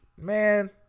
man